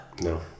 No